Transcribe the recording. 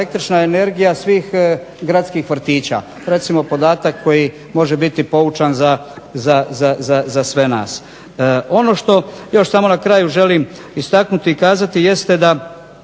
električna energija svih gradskih vrtića. Recimo podatak koji može biti poučan za sve nas. Ono što još samo na kraju želim istaknuti i kazati jeste da